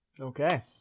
Okay